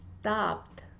stopped